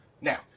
Now